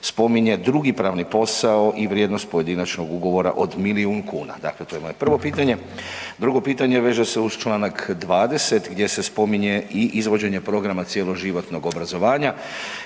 spominje drugi pravni posao i vrijednost pojedinačnog ugovora od milijun kuna? Dakle to je moje prvo pitanje. Drugo pitanje veže se uz čl. 20. gdje se spominje i izvođenje programa cjeloživotnog obrazovanja.